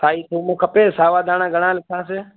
साई थूम खपे सावा धाणा घणा लिखांसि